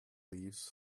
leaves